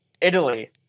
Italy